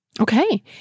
Okay